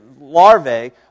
larvae